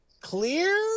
clear